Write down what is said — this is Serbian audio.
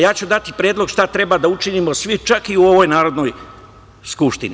Ja ću dati predlog šta treba da učinimo svi, čak i u ovoj Narodnoj skupštini.